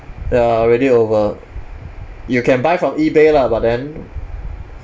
ya already over you can buy from ebay lah but then